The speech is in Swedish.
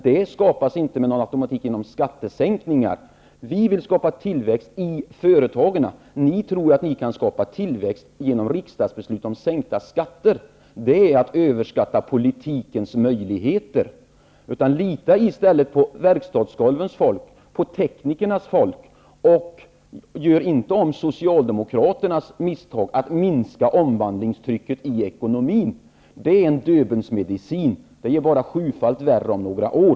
Det skapas inte med automatik genom skattesänkningar. Vi vill skapa tillväxt i företagen. Ni tror att ni kan skapa tillväxt genom riksdagsbeslut om sänkta skatter. Det är att överskatta politikens möjligheter. Lita i stället på verkstadsgolvens folk och teknikernas folk! Gör inte om Socialdemokraternas misstag att minska omvandlingstrycket i ekonomin! Det är en Döbelnsmedicin. Det ger bara sjufallt värre tillbaka om några år.